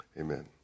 Amen